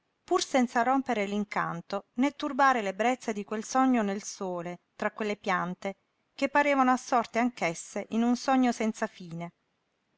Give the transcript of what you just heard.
pur senza rompere l'incanto né turbare l'ebbrezza di quel sogno nel sole tra quelle piante che parevano assorte anch'esse in un sogno senza fine